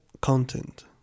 content